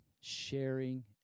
sharing